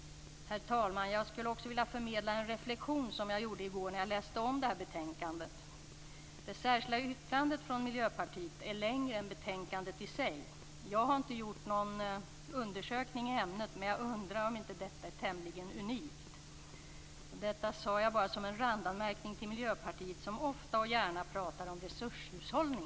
Herr talman! Jag skulle också vilja förmedla en reflektion som jag gjorde i går när jag läste om betänkandet. Det särskilda yttrande från Miljöpartiet är längre än betänkandet i sig. Jag har inte gjort någon undersökning i ämnet, men jag undrar om inte detta är tämligen unikt. Detta säger jag bara som en randanmärkning till Miljöpartiet som ofta och gärna talar om resurshushållning.